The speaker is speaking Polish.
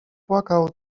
płakał